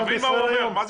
בישראל.